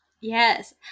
Yes